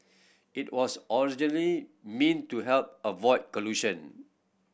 it was originally meant to help avoid collision